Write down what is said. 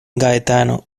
gaetano